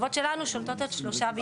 המשאבות שלנו שולטות על שלושה בניינים,